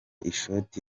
ishoti